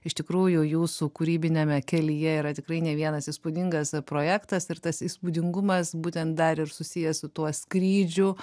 iš tikrųjų jūsų kūrybiniame kelyje yra tikrai ne vienas įspūdingas projektas ir tas įspūdingumas būtent dar ir susijęs su tuo skrydžiu